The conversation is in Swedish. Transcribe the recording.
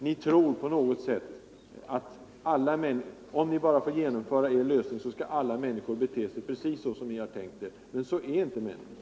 Ni tror dessutom, att om ni bara får genomföra er lösning, skall alla människor bete sig precis så som ni har tänkt er. Sådana är inte människorna.